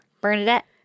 Bernadette